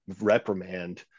reprimand